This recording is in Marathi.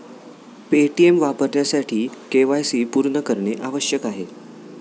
पेटीएम वापरण्यासाठी के.वाय.सी पूर्ण करणे आवश्यक आहे